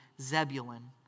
Zebulun